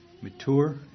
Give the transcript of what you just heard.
mature